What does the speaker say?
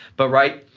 but, right,